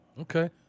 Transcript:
Okay